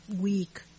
weak